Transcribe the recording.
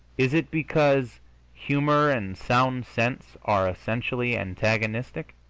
is it because humor and sound sense are essentially antagonistic?